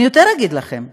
אני אגיד לכם יותר: